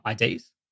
IDs